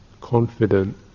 confident